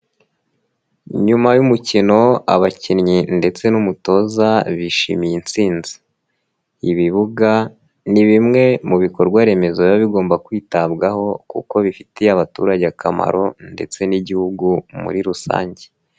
Ni nyuma y'umukino abakinnyi ndetse n'umutoza bishimiye insinzi, ibibuga ni bimwe mu bikorwa remezo biba bigomba kwitabwaho kuko bifitiye abaturage akamaro ndetse n'igihugu muri rusange.